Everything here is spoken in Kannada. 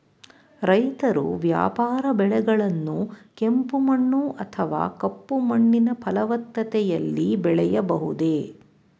ರೈತರು ವ್ಯಾಪಾರ ಬೆಳೆಗಳನ್ನು ಕೆಂಪು ಮಣ್ಣು ಅಥವಾ ಕಪ್ಪು ಮಣ್ಣಿನ ಫಲವತ್ತತೆಯಲ್ಲಿ ಬೆಳೆಯಬಹುದೇ?